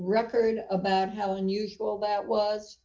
record about how unusual that was